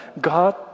God